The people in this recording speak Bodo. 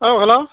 औ हेल'